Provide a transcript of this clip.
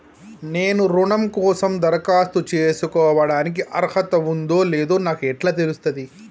నేను రుణం కోసం దరఖాస్తు చేసుకోవడానికి అర్హత ఉందో లేదో నాకు ఎట్లా తెలుస్తది?